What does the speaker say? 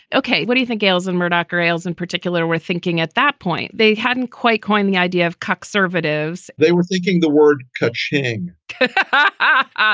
ok. what do you think ailes and murdoch or ailes in particular were thinking at that point? they hadn't quite coined the idea of conservatives they were thinking the word kuching ah ah